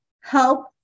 help